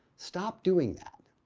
stop doing that.